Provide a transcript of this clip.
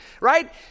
right